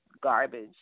garbage